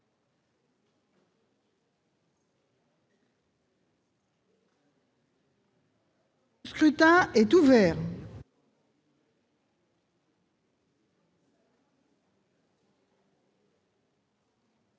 Le scrutin est ouvert.